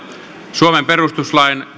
suomen perustuslain